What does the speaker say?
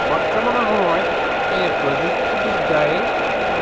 বৰ্তমানৰ সময়ত এই প্ৰযুক্তিবিদ্যাই